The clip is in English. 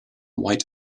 white